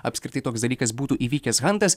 apskritai toks dalykas būtų įvykęs hantas